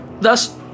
Thus